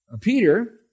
Peter